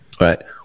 right